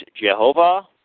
Jehovah